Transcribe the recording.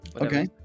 Okay